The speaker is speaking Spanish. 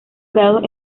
grados